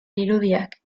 irudiak